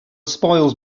spoils